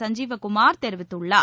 சஞ்சீவகுமார் தெரிவித்துள்ளார்